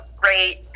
great